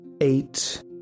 eight